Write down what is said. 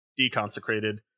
deconsecrated